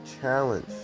challenge